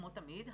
כמו תמיד,